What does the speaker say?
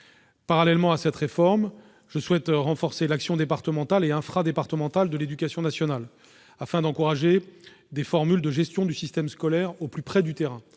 Parallèlement à cette réforme, je souhaite renforcer l'action départementale et infradépartementale de l'éducation nationale, afin d'encourager des formules de gestion du système scolaire au plus près du terrain.